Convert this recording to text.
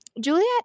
Juliet